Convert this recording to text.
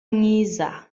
mwiza